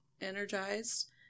energized